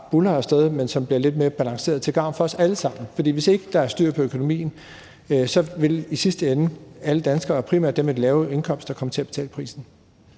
buldrer af sted, men som bliver lidt mere balanceret til gavn for os alle sammen. For hvis ikke der er styr på økonomien, vil i sidste ende alle danskere og primært dem med de lave indkomster komme til at betale prisen.